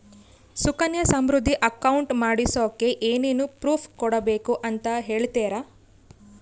Sukanya Samriddhi account ಮಾಡಿಸೋಕೆ ಏನೇನು proof ಕೊಡಬೇಕು ಅಂತ ಹೇಳ್ತೇರಾ?